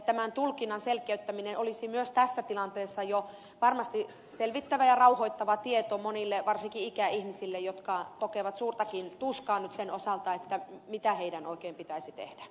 tämän tulkinnan selkeyttäminen olisi myös tässä tilanteessa jo varmasti selvittävä ja rauhoittava tieto monille varsinkin ikäihmisille jotka kokevat suurtakin tuskaa nyt sen osalta mitä heidän oikein pitäisi tehdä